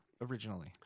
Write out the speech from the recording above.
originally